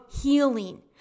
healing